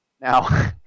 Now